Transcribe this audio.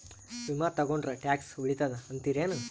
ವಿಮಾ ತೊಗೊಂಡ್ರ ಟ್ಯಾಕ್ಸ ಉಳಿತದ ಅಂತಿರೇನು?